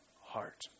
heart